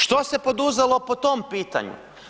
Što se poduzelo po tom pitanju?